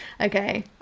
okay